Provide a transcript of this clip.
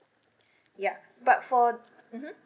ya but for mm hmm